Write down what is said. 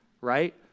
right